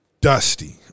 Dusty